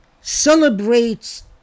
celebrates